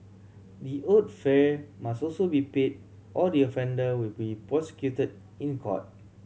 the owed fare must also be paid or the offender will be prosecuted in court